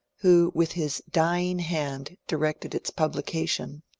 who with his dying hand directed its publication